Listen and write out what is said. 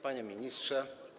Panie Ministrze!